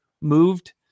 moved